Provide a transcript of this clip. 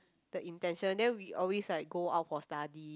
the intention then we always like go out for study